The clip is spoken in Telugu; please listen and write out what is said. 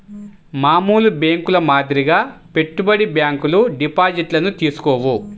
మామూలు బ్యేంకుల మాదిరిగా పెట్టుబడి బ్యాంకులు డిపాజిట్లను తీసుకోవు